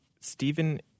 Stephen